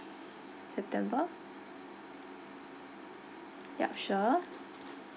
september ya sure